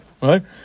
Right